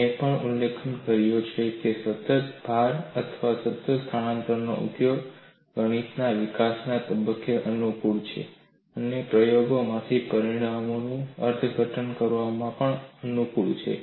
મેં પણ ઉલ્લેખ કર્યો છે કે સતત ભાર અથવા સતત સ્થાનાંતરણનો ઉપયોગ ગણિતના વિકાસના તબક્કે અનુકૂળ છે અને પ્રયોગમાંથી પરિણામોનું અર્થઘટન કરવામાં પણ અનુકૂળ છે